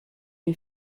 you